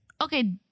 Okay